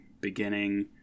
beginning